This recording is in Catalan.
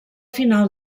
final